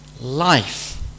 life